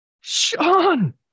Sean